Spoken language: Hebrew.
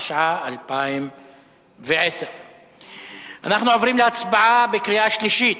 התשע"א 2010. אנחנו עוברים להצבעה בקריאה שלישית.